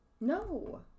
No